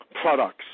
products